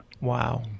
Wow